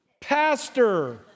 pastor